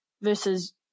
versus